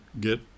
get